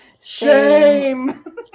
shame